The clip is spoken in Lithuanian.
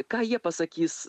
ką jie pasakys